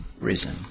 risen